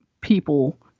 people